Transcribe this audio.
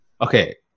okay